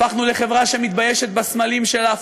הפכנו לחברה שמתביישת בסמלים שלה,